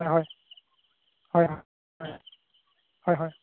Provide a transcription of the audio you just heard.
হয় হয় হয় হয় হয় হয়